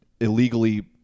illegally